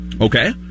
Okay